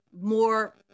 more